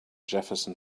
jefferson